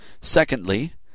Secondly